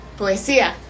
poesía